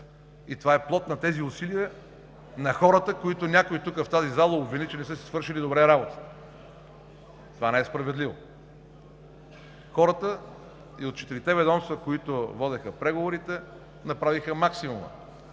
и това е плод на усилията на тези хората, които някой в тази зала обвини, че не са си свършили добре работата. Това не е справедливо. Хората и от четирите ведомства, които водеха преговорите, направиха максимума